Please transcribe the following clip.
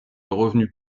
revenus